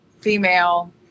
female